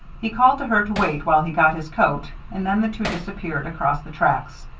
he called to her to wait while he got his coat, and then the two disappeared across the tracks.